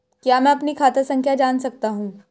क्या मैं अपनी खाता संख्या जान सकता हूँ?